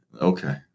Okay